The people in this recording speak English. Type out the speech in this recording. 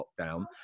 lockdown